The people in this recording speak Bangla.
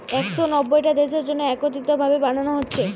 একশ নব্বইটা দেশের জন্যে একত্রিত ভাবে বানানা হচ্ছে